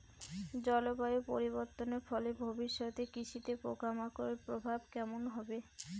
জলবায়ু পরিবর্তনের ফলে ভবিষ্যতে কৃষিতে পোকামাকড়ের প্রভাব কেমন হবে?